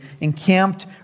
encamped